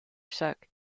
suck